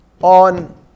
on